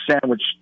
sandwich